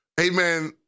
amen